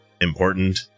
important